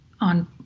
on